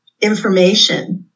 information